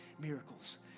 miracles